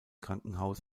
krankenhaus